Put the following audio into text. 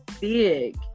big